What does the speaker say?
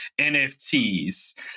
NFTs